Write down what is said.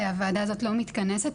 הוועדה הזאת לא מתכנסת.